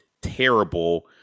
terrible